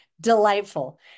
delightful